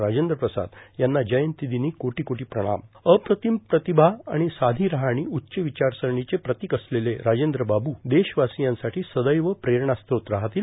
राजद्र प्रसाद यांना जयंतीर्दिनी कोटो कोटो प्रणाम अप्रातम प्रातभा आर्गण साधी राहणी उच्च विचारसरणीचे प्र्रातक असलेले राजद्र बाबू देशर्वार्सयांसाठी सदैव प्रेरणास्रोत राहतील